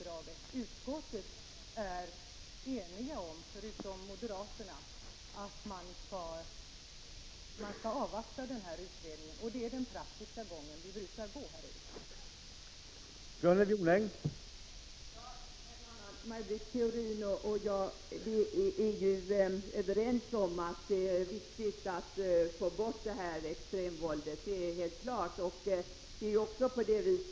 Jag tror, Gunnel Jonäng, att oavsett om vi har en socialdemokratisk eller borgerlig regering måste vi gå de vägar som vårt arbete kräver av oss.